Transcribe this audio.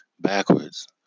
backwards